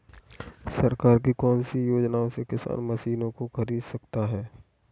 सरकार की कौन सी योजना से किसान मशीनों को खरीद सकता है?